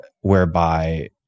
whereby